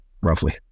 roughly